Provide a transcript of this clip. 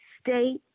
state